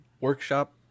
workshop